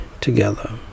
together